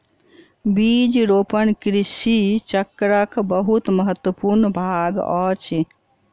बीज रोपण कृषि चक्रक बहुत महत्वपूर्ण भाग अछि